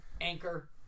Anchor